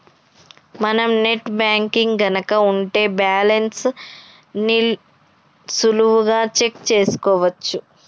మనం net banking గనక ఉంటే బ్యాలెన్స్ ని సులువుగా చెక్ చేసుకోవచ్చు